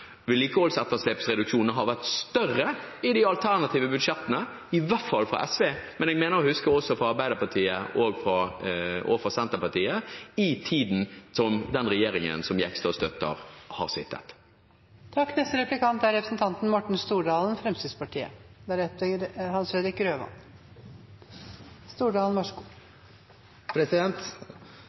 har vært større i de alternative budsjettene – i hvert fall fra SV, men jeg mener å huske også fra Arbeiderpartiet og fra Senterpartiet, i tiden som den regjeringen som Jegstad støtter, har sittet. Representanten Heikki Eidsvoll Holmås er